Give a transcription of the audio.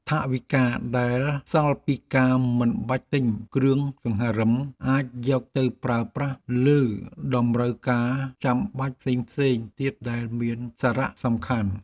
ថវិកាដែលសល់ពីការមិនបាច់ទិញគ្រឿងសង្ហារិមអាចយកទៅប្រើប្រាស់លើតម្រូវការចាំបាច់ផ្សេងៗទៀតដែលមានសារៈសំខាន់។